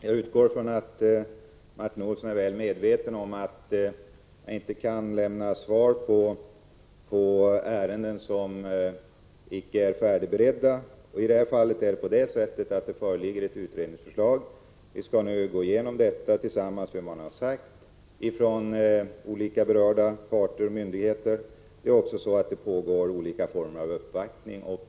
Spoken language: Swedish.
Fru talman! Jag utgår från att Martin Olsson är väl medveten om att jag inte kan lämna svar när det gäller ärenden som icke är färdigberedda. I det här fallet föreligger ett utredningsförslag. Vi skall nu gå igenom detta — och vad man har sagt från olika berörda parter och myndigheter. Det pågår också olika former av uppvaktning.